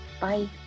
Bye